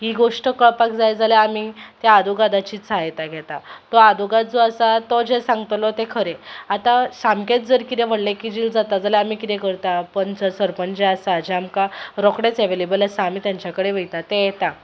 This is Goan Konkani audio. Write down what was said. ही गोश्ट कळपाक जाय जाल्यार आमी त्या आदोगादाची सहायता घेता तो आदोगाद जो आसा तो जें सांगतलो तें खरें आतां सामकेंच जर कितें व्हडलें किजील जाता जाल्यार आमी कितें करता पंच सरपंच जे आसा जे आमकां रोखडेच एवेलेबल आसा आमी तेंचे कडेन वयतात ते येता